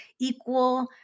equal